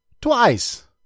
twice